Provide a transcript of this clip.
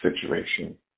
situation